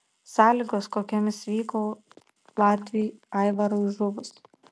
sąlygos kokiomis vykau latviui aivarui žuvus